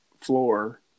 floor